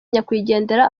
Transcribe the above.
nyakwigendera